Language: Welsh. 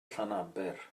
llanaber